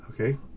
Okay